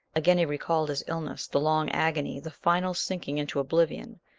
again he recalled his illness, the long agony, the final sinking into oblivion,